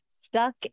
stuck